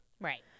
Right